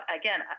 again